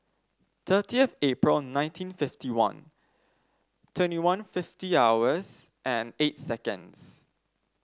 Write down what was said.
thirtieth April nineteen fifty one twenty one fifty hours and eight seconds